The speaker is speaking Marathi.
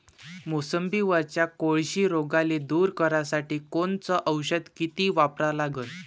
मोसंबीवरच्या कोळशी रोगाले दूर करासाठी कोनचं औषध किती वापरा लागन?